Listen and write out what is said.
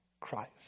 Christ